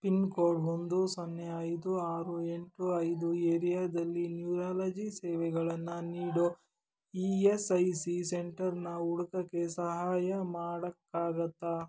pin code ಒಂದು ಸೊನ್ನೆ ಐದು ಆರು ಎಂಟು ಐದು ಏರಿಯಾದಲ್ಲಿ ನ್ಯೂರಾಲಜಿ ಸೇವೆಗಳನ್ನು ನೀಡೋ ಇ ಎಸ್ ಐ ಸಿ ಸೆಂಟರ್ನ ಹುಡ್ಕೋಕ್ಕೆ ಸಹಾಯ ಮಾಡೋಕ್ಕಾಗುತ್ತಾ